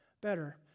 better